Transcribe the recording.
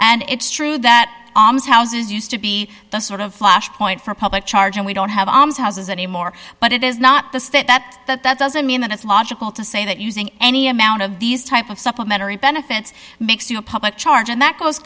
and it's true that arms houses used to be the sort of flashpoint for public charge and we don't have almshouses anymore but it is not the state that that that doesn't mean that it's logical to say that using any amount of these type of supplementary benefits makes you a public charge and that goes